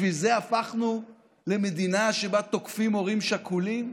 בשביל זה הפכנו למדינה שבה תוקפים הורים שכולים?